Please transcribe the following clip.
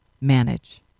manage